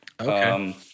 Okay